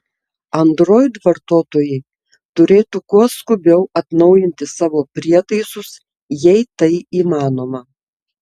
android vartotojai turėtų kuo skubiau atnaujinti savo prietaisus jei tai įmanoma